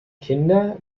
kinder